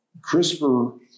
CRISPR